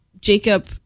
Jacob